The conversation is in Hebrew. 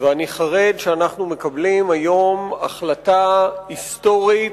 ואני חרד שאנחנו מקבלים היום החלטה היסטורית,